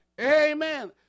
Amen